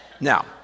Now